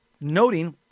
noting